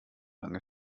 lange